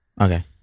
Okay